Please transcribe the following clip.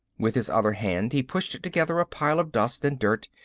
with his other hand he pushed together a pile of dust and dirt,